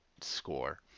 score